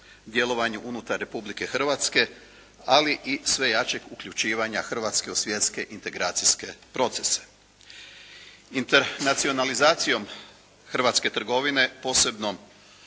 djelovanju unutar Republike Hrvatske ali i sve jačeg uključivanja Hrvatske u svjetske integracijske procese. Internacionalizacijom hrvatske trgovine posebno